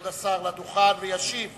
כבוד השר לדוכן, וישיב